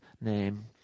name